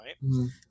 right